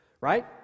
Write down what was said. right